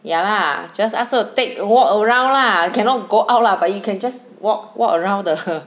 ya lah just ask her to take walk around lah cannot go out lah but you can just walk walk around the